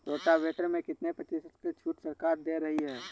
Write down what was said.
Rotavator में कितनी प्रतिशत का छूट सरकार दे रही है?